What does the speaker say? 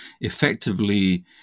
effectively